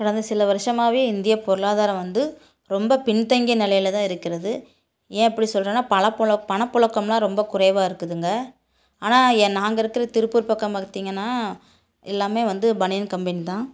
கடந்த சில வருஷமாகவே இந்திய பொருளாதாரம் வந்து ரொம்ப பின்தங்கிய நிலையில தான் இருக்கிறது ஏன் அப்படி சொல்றேன்னா பல பண புழக்கம்லா ரொம்ப குறைவாயிருக்குதுங்க ஆனால் நாங்கள் இருக்கிற திருப்பூர் பக்கம் பாக்த்தீங்கன்னா எல்லாம் வந்து பனியன் கம்பென் தான்